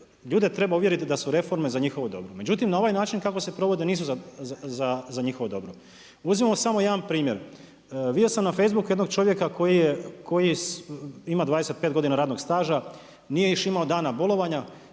ljude treba uvjeriti da su reforme za njihovo dobro. Međutim na ovaj način kako se provode nisu za njihovo dobro. Uzmimo samo jedan primjer. Vidio sam na facebooku jednog čovjeka koji ima 25 godina radnog staža, nije još imao dana bolovanja,